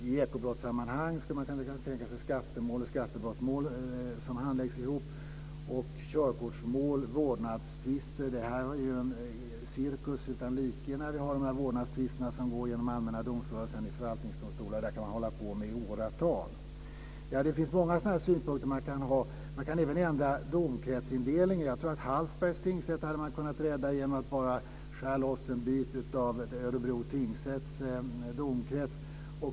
I ekobrottssammanhang skulle man kunna tänka sig att skattemål och skattebrottmål handläggs ihop och körkortsmål, vårdnadstvister. Det är ju en cirkus utan like när vi har de här vårdnadstvisterna som går genom allmänna domstolar och sedan i förvaltningsdomstolar. Det här kan man hålla på med i åratal. Det finns många sådana synpunkter man kan ha. Man kan även ändra domkretsindelningen. Hallsbergs tingsrätt tror jag att man hade kunnat rädda genom att bara skära loss en bit av Örebro tingsrätts domkrets.